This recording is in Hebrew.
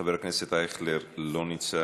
חבר הכנסת אייכלר אינו נוכח.